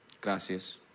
Gracias